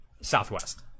Southwest